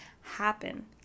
happen